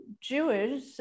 Jewish